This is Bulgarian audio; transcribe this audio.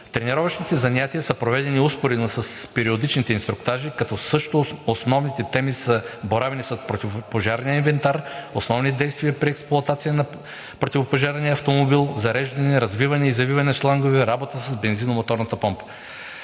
Тренировъчните занятия са проведени успоредно с периодичните инструктажи, като също основните теми са: боравене с противопожарния инвентар, основни действия при експлоатация на противопожарния автомобил, зареждане, развиване и завиване на шлангове, работа с бензиномоторната помпа,